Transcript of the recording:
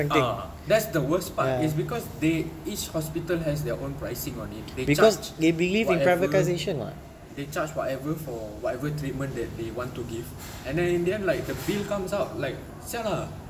ah that's the worst part is because they each hospital has their own pricing on it because they charge whatever they charge whatever for whatever treatment that the want to give and then in the end like the bill comes out then like [sial] ah